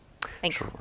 Thanks